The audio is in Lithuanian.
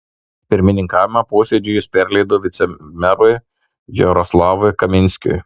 pirmininkavimą posėdžiui jis perleido vicemerui jaroslavui kaminskiui